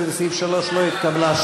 12 לסעיף 3 לא התקבלה.